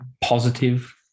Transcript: positive